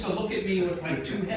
look at me with my two